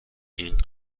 این